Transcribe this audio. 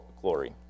glory